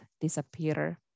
disappear